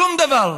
שום דבר.